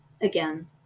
Again